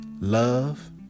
love